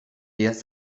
vies